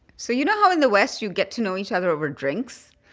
so you know how in the west, you get to know each other over drinks?